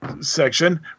section